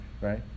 right